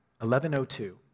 11.02